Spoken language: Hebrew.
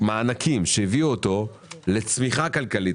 מענקים שהביאו אותו לצמיחה כלכלית